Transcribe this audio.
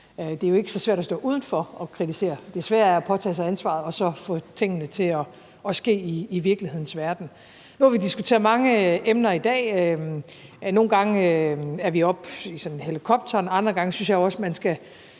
Det er jo ikke så svært at stå udenfor og kritisere; det svære er at påtage sig ansvaret og så få tingene til at ske i virkelighedens verden. Nu har vi diskuteret mange emner i dag. Nogle gange er vi oppe i helikopteren, andre gange synes jeg jo også man måske skal